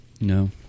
No